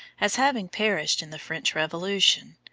as having perished in the french revolution,